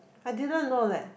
I did not know leh